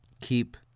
keep